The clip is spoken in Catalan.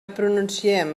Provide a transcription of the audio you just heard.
pronunciem